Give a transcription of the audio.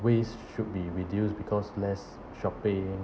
waste should be reduced because less shopping